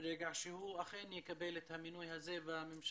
ברגע שהוא אכן יקבל את המינוי הזה בממשלה,